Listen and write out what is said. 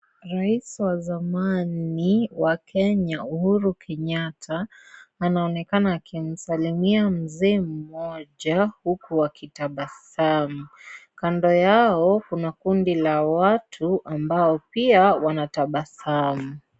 Rais wa zamani wa Kenya, Uhuru Kenyatta, anaonekana akimsalimia Mzee mmoja huku wakitabasamu. Kando yao kuna kundi la watu ambao pia wanatabasamu.